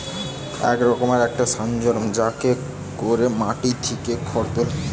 এক রকমের একটা সরঞ্জাম যাতে কোরে মাটি থিকে খড় তুলে